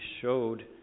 showed